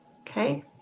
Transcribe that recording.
Okay